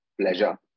pleasure